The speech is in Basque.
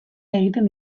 egiten